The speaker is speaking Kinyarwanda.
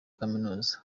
kaminuza